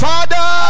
Father